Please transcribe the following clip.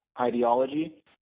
ideology